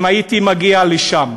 הייתי מגיע לשם.